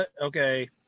Okay